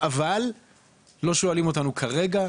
אבל כרגע אין על שולחננו שום תוכנית.